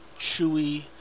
chewy